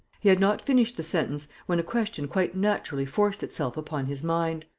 he had not finished the sentence, when a question quite naturally forced itself upon his mind.